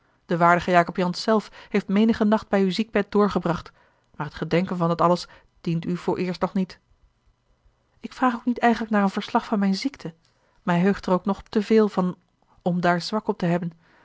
de waardige jacob jansz zelf heeft menige nacht bij uw ziekbed doorgebracht maar het gedenken van dat alles dient u vooreerst nog niet ik vraag ook niet eigenlijk naar een verslag van mijne ziekte mij heugt er ook nog te veel van om daar zwak op te hebben